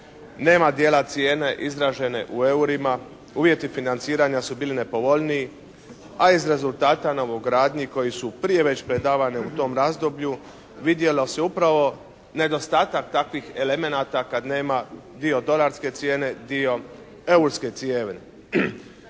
nema dijela cijene izražene u eurima, uvjeti financiranja su bili nepovoljniji, a iz rezultata novogradnji koji su prije već predavani u tom razdoblju vidjelo se upravo nedostatak takvih elemenata kada nema dio dolarske cijene, dio eurske cijene.